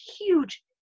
huge